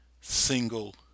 single